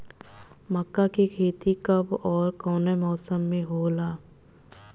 मका के खेती कब ओर कवना मौसम में होला?